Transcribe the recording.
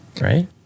right